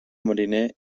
mariner